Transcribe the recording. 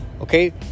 okay